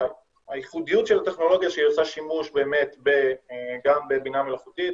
הייחודיות של הטכנולוגיה שהיא עושה שימוש גם בבינה מלאכותית,